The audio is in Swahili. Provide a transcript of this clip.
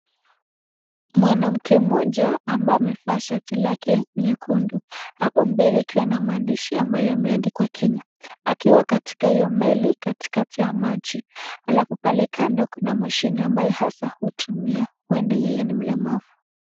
Mwanamke mmoja ambaye amevaa shati lake nyekundu, hapo mbele ikiwa na maandishi ambayo ime andikwa Kenya, akiwa katika io meli katikati ya maji alafu pale kando kuna mashini hasa hutumia kuenda yeye ni mlemavu.